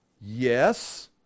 yes